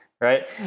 right